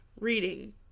reading